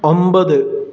ഒമ്പത്